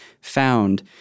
found